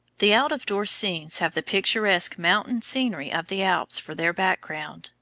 the out-of-door scenes have the picturesque mountain scenery of the alps for their background,